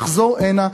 לחזור הנה,